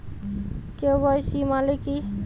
KYC মানে কী?